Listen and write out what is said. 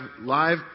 live